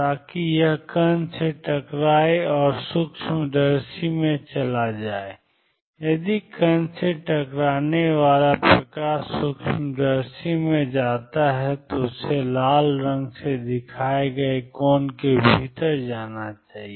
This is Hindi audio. ताकि यह कण से टकराए और सूक्ष्मदर्शी में चला जाए यदि कण से टकराने वाला प्रकाश सूक्ष्मदर्शी में जाता है तो उसे लाल रंग से दिखाए गए कोण के भीतर जाना चाहिए